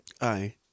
Aye